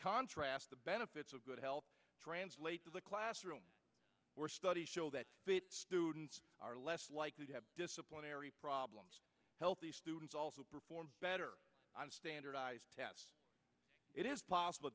contrast the benefits of good health translate to the classroom were studies show that bit students are less likely to have disciplinary problems healthy students also perform better on standardized tests it is possible